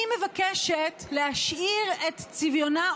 אני מבקשת להשאיר את צביונה,